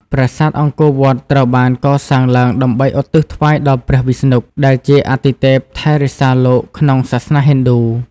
ប្រាសាទអង្គរវត្ត ត្រូវបានកសាងឡើងដើម្បីឧទ្ទិសថ្វាយដល់ព្រះវិស្ណុ ដែលជាអាទិទេពថែរក្សាលោកក្នុងសាសនាហិណ្ឌូ។